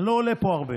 אני לא עולה לפה הרבה.